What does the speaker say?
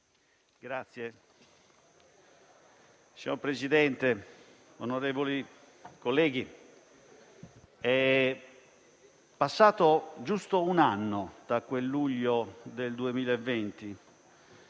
*(M5S)*. Signor Presidente, onorevoli colleghi, è passato giusto un anno da quel luglio del 2020,